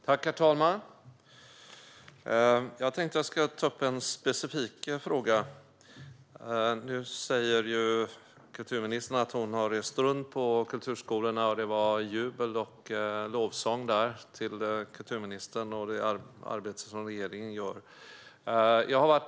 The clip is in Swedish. Herr talman! Jag ska ta upp en specifik fråga. Kulturministern säger att hon har rest runt och besökt kulturskolor och att det där var jubel och lovsång till kulturministern och det arbete som regeringen gör.